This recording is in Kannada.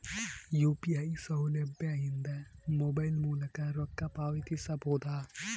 ಯು.ಪಿ.ಐ ಸೌಲಭ್ಯ ಇಂದ ಮೊಬೈಲ್ ಮೂಲಕ ರೊಕ್ಕ ಪಾವತಿಸ ಬಹುದಾ?